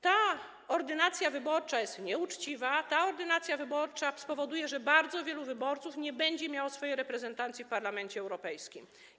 Ta ordynacja wyborcza jest nieuczciwa, ta ordynacja wyborcza spowoduje, że bardzo wielu wyborców nie będzie miało swojej reprezentacji w Parlamencie Europejskim.